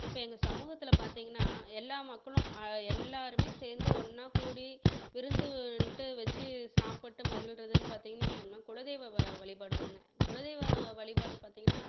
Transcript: இப்போ எங்கள் சமூகத்தில் பார்த்தீங்கன்னா எல்லா மக்களும் எல்லாேருமே சேர்ந்து ஒன்றா கூடி விருந்துண்டு வச்சு சாப்பிட்டு மகிழ்கிறதுன்னு பார்த்தீங்கன்னு வச்சுங்களேன் குலதெய்வ வ வழிபாடுதாங்க குலதெய்வ வழிபாடு பார்த்தீங்கன்னா